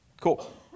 Cool